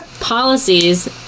Policies